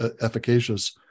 efficacious